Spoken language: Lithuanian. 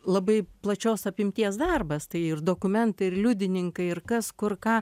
labai plačios apimties darbas tai ir dokumentai ir liudininkai ir kas kur ką